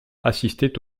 assistait